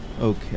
Okay